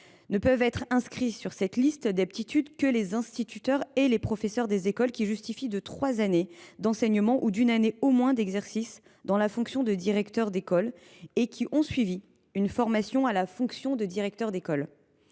Ne peuvent être inscrits sur cette liste d’aptitude que les instituteurs et professeurs des écoles qui justifient de trois années d’enseignement ou d’une année au moins d’exercice de la fonction de directeur d’école, et ont suivi une formation à la fonction de directeur d’école.